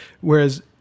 whereas